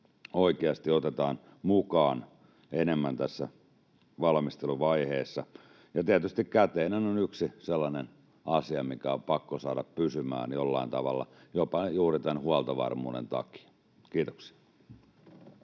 oikeasti otetaan mukaan enemmän tässä valmisteluvaiheessa, ja tietysti käteinen on yksi sellainen asia, mikä on pakko saada pysymään jollain tavalla, jopa juuri tämän huoltovarmuuden takia. — Kiitoksia.